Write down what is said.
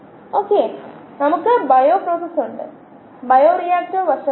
ഒരു ആശയം കൂടി നമ്മൾ ഇത് അവസാനിപ്പിക്കുമെന്ന് കരുതുന്നു ഈ മൊഡ്യൂൾ ഇവിടെ പൂർത്തിയാക്കുക